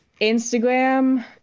Instagram